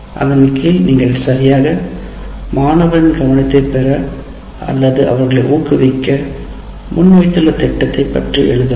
அதன் கீழ் நீங்கள் சரியாக மாணவரின் கவனத்தைப் பெறுதல் அல்லது அவர்களை ஊக்குவித்தல் ஆகியவற்றை பெற முன்வைக்க திட்டமிட்டுள்ளதை எழுதுங்கள்